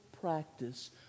practice